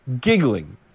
giggling